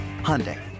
Hyundai